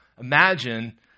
Imagine